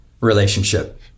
relationship